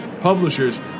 publishers